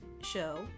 show